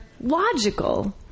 logical